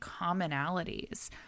commonalities